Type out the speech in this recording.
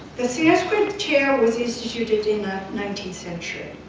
the sanskrit chair was instituted in the nineteenth century.